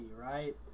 right